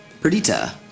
Perdita